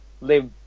live